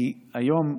כי היום,